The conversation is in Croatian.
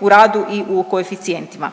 u radu i u koeficijentima.